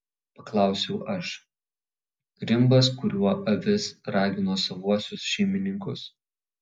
paklausiau aš rimbas kuriuo avis ragino savuosius šeimininkus